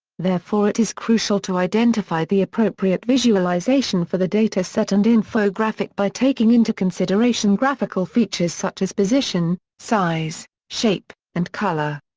therefore it is crucial to identify the appropriate visualization for the data set and infographic by taking into consideration graphical features such as position, size, shape, and color.